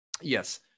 Yes